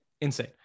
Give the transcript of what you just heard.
insane